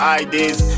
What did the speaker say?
ideas